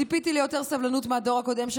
ציפיתי ליותר סבלנות מהדור הקודם של